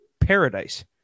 paradise